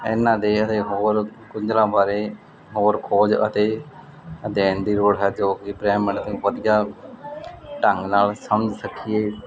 ਇਹਨਾਂ ਦੇ ਹਾਲੇ ਹੋਰ ਗੁੰਝਲਾਂ ਬਾਰੇ ਹੋਰ ਖੋਜ ਅਤੇ ਅਧਿਐਨ ਦੀ ਲੋੜ ਹੈ ਜੋ ਕਿ ਬ੍ਰਾਹਿਮੰਡ ਨੂੰ ਵਧੀਆ ਢੰਗ ਨਾਲ ਸਮਝ ਸਕੀਏ